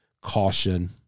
caution